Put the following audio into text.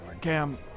Cam